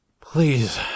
please